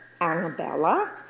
Annabella